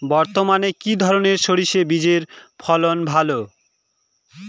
বর্তমানে কি ধরনের সরষে বীজের ফলন ভালো?